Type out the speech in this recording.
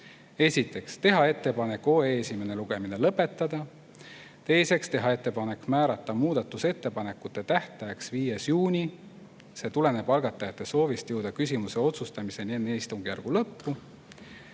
Esiteks, teha ettepanek OE esimene lugemine lõpetada. Teiseks, teha ettepanek määrata muudatusettepanekute tähtajaks 5. juuni – see tuleneb algatajate soovist jõuda küsimuse otsustamiseni enne istungjärgu lõppu.